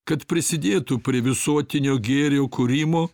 kad prisidėtų prie visuotinio gėrio kūrimo